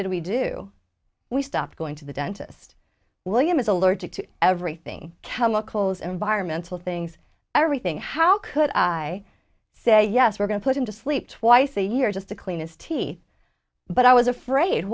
did we do we stop going to the dentist william is allergic to everything chemicals environmental things everything how could i say yes we're going to put him to sleep twice a year just to clean his teeth but i was afraid